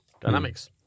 Dynamics